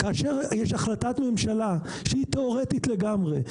כאשר יש החלטת ממשלה שהיא תיאורטית לגמרי,